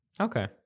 Okay